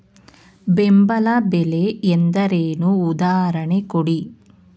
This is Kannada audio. ಬೆಂಬಲ ಬೆಲೆ ಎಂದರೇನು, ಉದಾಹರಣೆ ಕೊಡಿ?